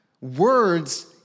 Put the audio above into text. Words